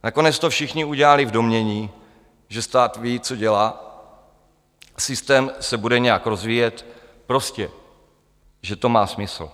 Nakonec to všichni udělali v domnění, že stát ví, co dělá, systém se bude nějak rozvíjet, prostě že to má smysl.